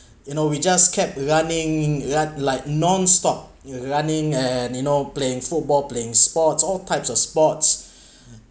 you know we just kept running run like nonstop you running and you know playing football playing sports all types of sports